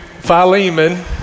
Philemon